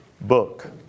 book